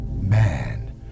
man